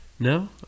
No